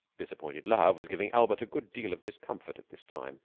disappointed love was giving albert a good deal of discomfort at this time,